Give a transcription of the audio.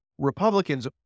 Republicans